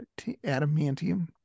Adamantium